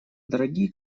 дорогие